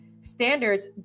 standards